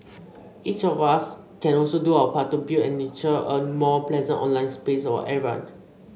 each of us can also do our part to build and nurture a more pleasant online space for everyone